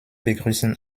begrüßen